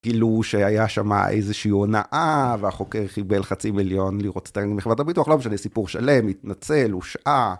כאילו שהיה שם איזושהי הונאה והחוקר חיבל חצי מיליון לראות סטרלינג מחברת הביטוח, לא משנה סיפור שלם, התנצל, הושעה.